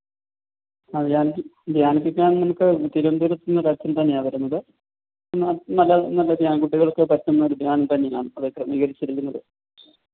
ആ ധ്യാനിപ്പി ധ്യാനിപ്പിക്കാൻ നമുക്ക് തിരുവനന്തപുരത്തു നിന്നൊരച്ഛൻ തന്നെയാണ് വരുന്നത് ന നല്ല നല്ല ധ്യാൻ കുട്ടികൾക്കൊരച്ഛന്മാരുടെ ധ്യാൻ തന്നെയാണവർ ക്രമീകരിച്ചിരിക്കുന്നത്